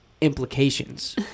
Implications